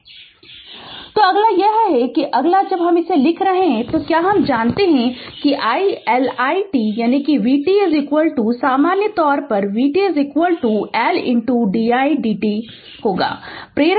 Refer Slide Time 0535 तो अगला यह है कि अगला है कि जब हम लिख रहे हैं तो क्या हम जानते हैं कि iL1 t यानी vt सामान्य तौर पर vt L d id t